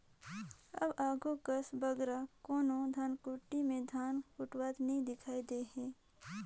अब आघु कस बगरा कोनो धनकुट्टी में धान कुटवावत नी दिखई देहें